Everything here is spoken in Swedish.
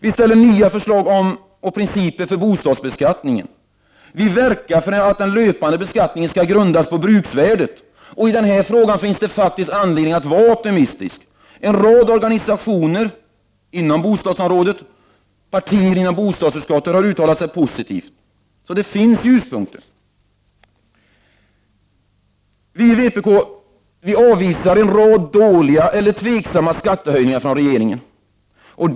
Vi ställer förslag om nya principer för bostadsbeskattningen. Vi verkar för att den löpande beskattningen skall grundas på bruksvärdet. I denna fråga finns det faktiskt anledning att vara optimistisk. En rad organisationer inom bostadsområdet har uttalat sig i denna riktning, och partier i bostadsutskottet har uttalat sig positivt. Det finns alltså ljuspunkter. Vpk avvisar en rad dåliga eller tvivelaktiga skattehöjningar som regeringen föreslår.